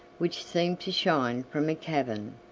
which seemed to shine from a cavern.